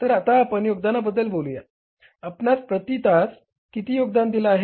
तर आता आपण योगदानाबद्दल बोलूया आपणास प्रती तास किती योगदान दिला आहे